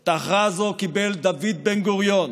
את ההכרעה הזו קיבל דוד בן-גוריון